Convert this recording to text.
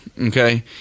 okay